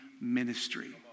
ministry